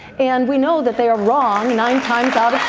and we know that they are wrong nine times out